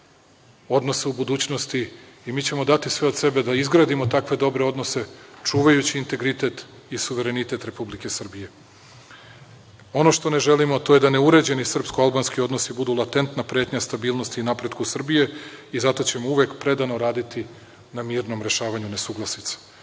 odnosa u budućnosti i mi ćemo dati sve od sebe da izgradimo takve dobre odnose čuvajući integritet i suverenitet Republike Srbije. Ono što ne želimo, to je da neuređeni srpsko-albanski odnosi budu latentna pretnja stabilnosti i napretku Srbije i zato ćemo uvek predano raditi na mirnom rešavanju nesuglasica. Želim